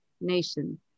nation